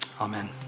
Amen